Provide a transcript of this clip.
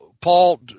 Paul